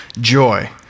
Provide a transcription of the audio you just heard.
Joy